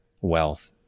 wealth